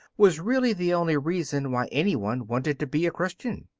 was really the only reason why any one wanted to be a christian.